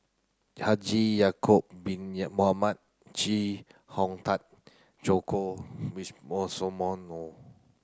Haji Ya'acob bin Mohamed Chee Hong Tat Joko